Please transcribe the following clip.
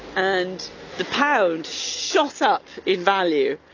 and the pound shot up in value.